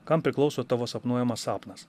kam priklauso tavo sapnuojamas sapnas